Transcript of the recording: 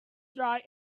dry